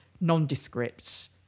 nondescript